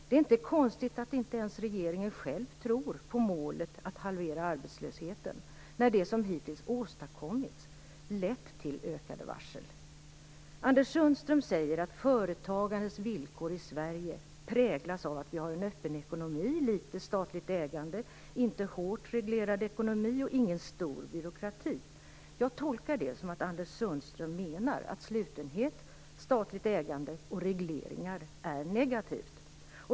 Det är inte konstigt att inte ens regeringen själv tror på målet att halvera arbetslösheten, när det som hittills åstadkommits har lett till ökade varsel. Anders Sundström säger att företagarnas villkor i Sverige präglas av att vi har en öppen ekonomi, ett litet statligt ägande, inte någon hårt reglerad ekonomi och inte någon stor byråkrati. Jag tolkar det som att Anders Sundström menar att slutenhet, statligt ägande och regleringar är negativt.